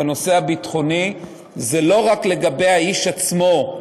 בנושא הביטחוני הן לא רק לגבי האיש עצמו,